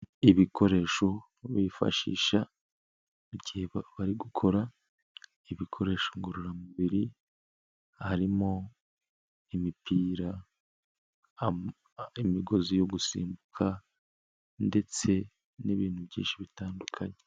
Ibikoresho bifashisha mu gihe bari gukora ibikoresho ngororamubiri, harimo imipira, imigozi yo gusimbuka ndetse n'ibintu byinshi bitandukanye.